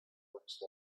mixed